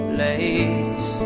late